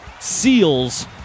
Seals